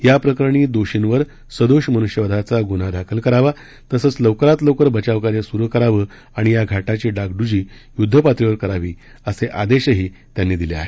याप्रकरणी दोषींवर सदोष मनुष्यवधाचा गुन्हा दाखल करावा तसंच लवकरात लवकर बचावकार्य सुरु करावं आणि या घाटाची डागड्जी युद्धपातळीवर करावी असेही आदेश त्यांनी दिले आहेत